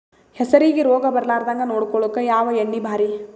ಹೆಸರಿಗಿ ರೋಗ ಬರಲಾರದಂಗ ನೊಡಕೊಳುಕ ಯಾವ ಎಣ್ಣಿ ಭಾರಿ?